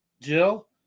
Jill